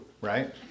right